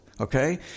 okay